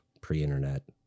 pre-internet